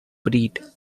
breed